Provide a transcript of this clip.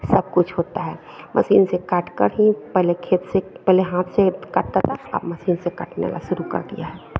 सब कुछ होता है मशीन से काटकर ही पहले खेत से पहले हाथ से काटता था उसके बाद अब मशीन से काटने का शुरू कर दिया है